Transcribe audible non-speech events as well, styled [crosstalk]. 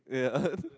yeah [laughs]